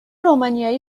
رومانیایی